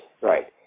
Right